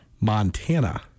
Montana